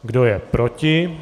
Kdo je proti?